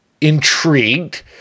intrigued